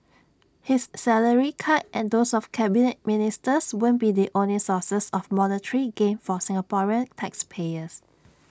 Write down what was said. his salary cut and those of Cabinet Ministers won't be the only sources of monetary gain for Singaporean taxpayers